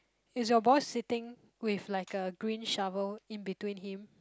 is your boss sitting with like a green shovel in between him